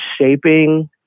shaping